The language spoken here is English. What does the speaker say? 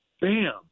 bam